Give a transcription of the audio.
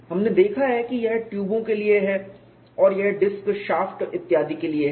हमने देखा है कि यह ट्यूबों के लिए है और यह डिस्क शाफ्ट इत्यादि के लिए है